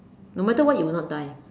no matter what you will not die